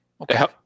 Okay